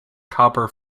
copper